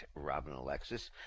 RobinAlexis